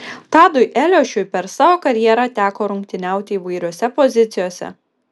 tadui eliošiui per savo karjerą teko rungtyniauti įvairiose pozicijose